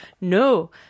No